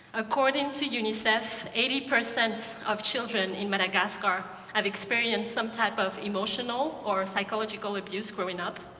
according to unicef, eighty percent of children in madagascar have experienced some type of emotional or psychological abuse growing up.